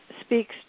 speaks